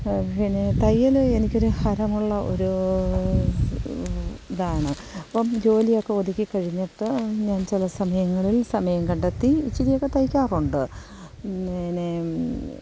പിന്നെ തയ്യൽ എനിക്കൊരു ഹരമുള്ള ഒരു ഇതാണ് അപ്പം ജോലിയൊക്കെ ഒതുക്കി കഴിഞ്ഞിട്ട് ഞാൻ ചില സമയങ്ങളിൽ സമയം കണ്ടെത്തി ഇച്ചിരിയൊക്കെ തയ്ക്കാറുണ്ട് പിന്നെ നെ